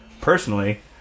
Personally